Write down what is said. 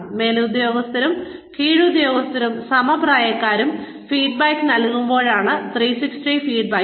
മേലുദ്യോഗസ്ഥരും കീഴുദ്യോഗസ്ഥരും സമപ്രായക്കാരും ഫീഡ്ബാക്ക് നൽകുമ്പോഴാണ് 360° ഫീഡ്ബാക്ക്